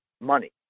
money